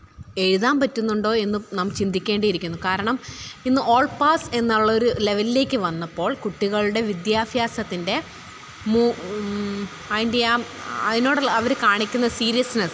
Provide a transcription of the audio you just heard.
എഴുതാന് പറ്റുന്നുണ്ടോ എന്ന് നാം ചിന്തിക്കേണ്ടി ഇരിക്കുന്നു കാരണം ഇന്ന് ഓള് പാസ് എന്നുള്ള ഒരു ലെവലിലേക്ക് വന്നപ്പോള് കുട്ടികളുടെ വിദ്യാഭ്യാസത്തിന്റെ അതിൻ്റെതാണ് അതിനോടുള്ള അവർ കാണിക്കുന്ന സീര്യസ്നസ്സ്